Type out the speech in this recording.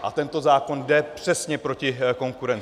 A tento zákon jde přesně proti konkurenci.